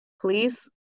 Please